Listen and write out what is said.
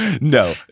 No